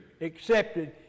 accepted